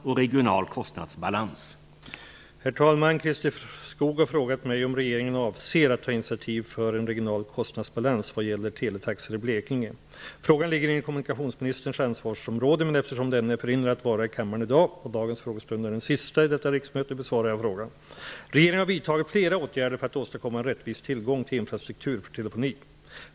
Herr talman! Christer Skoog har frågat mig om regeringen avser att ta initiativ för en regional kostnadsbalans vad gäller teletaxor i Blekinge. Frågan ligger inom kommunikationsministerns ansvarsområde, men eftersom denne är förhindrad att vara i kammaren i dag och dagens frågestund är den sista i detta riksmöte, besvarar jag frågan. Regeringen har vidtagit flera åtgärder för att åstadkomma en rättvis tillgång till infrastruktur för telefoni.